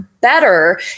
better